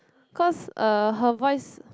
cause uh her voice